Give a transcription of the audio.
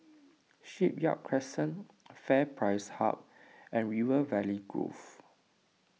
Shipyard Crescent FairPrice Hub and River Valley Grove